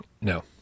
No